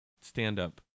stand-up